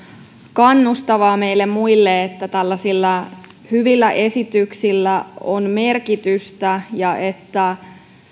kannustavaa meille muille että tällaisilla hyvillä esityksillä on merkitystä ja että